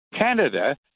Canada